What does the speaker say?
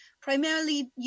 primarily